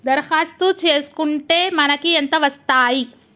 దరఖాస్తు చేస్కుంటే మనకి ఎంత వస్తాయి?